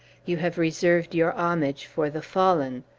you have reserved your homage for the fallen.